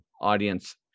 audience